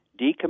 decommission